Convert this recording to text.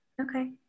Okay